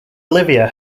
olivia